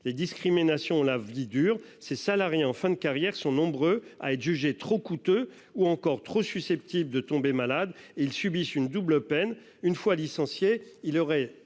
les discriminations ont la vie dure. Ces salariés en fin de carrière sont nombreux à être jugé trop coûteux ou encore trop susceptibles de tomber malade. Ils subissent une double peine une fois licenciés. Il leur est